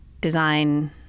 design